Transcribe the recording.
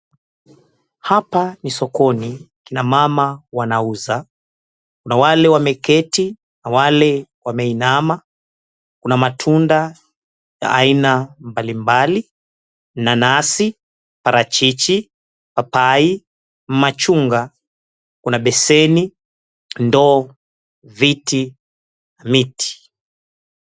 Hapa ni sokoni kina mama wanauza, kuna wale wameketi na wale wameinama. Kuna matunda ya aina mbalimbali, nanasi, parachichi, papai, machungwa, kuna beseni, ndoo, viti, miti.